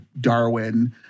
Darwin